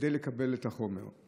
כדי לקבל את החומר.